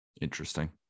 Interesting